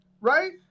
Right